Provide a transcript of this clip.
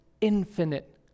infinite